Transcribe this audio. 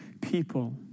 people